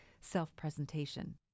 self-presentation